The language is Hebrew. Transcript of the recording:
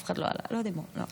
אף אחד לא עלה, לא דיברו, לא.